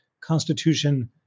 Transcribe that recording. Constitution